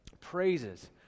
praises